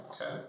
Okay